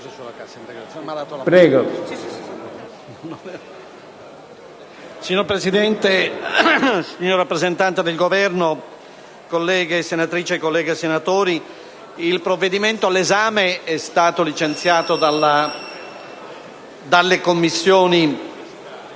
Signor Presidente, signor rappresentante del Governo, colleghe senatrici e colleghi senatori, il provvedimento in esame è stato licenziato dalle Commissioni